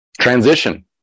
Transition